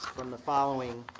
from the following